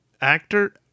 actor